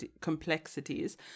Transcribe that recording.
complexities